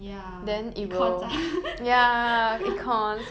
ya econs ah